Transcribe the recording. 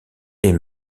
est